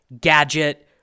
gadget